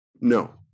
No